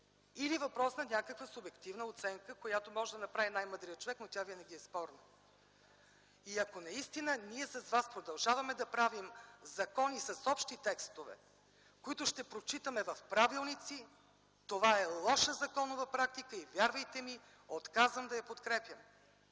или въпрос на някаква субективна оценка, която може да направи най-мъдрият човек, но тя винаги е спорна. И ако ние с вас продължаваме да правим закони с общи текстове, които ще прочитаме в правилници, това е лоша законова практика и вярвайте ми – отказвам да я подкрепям.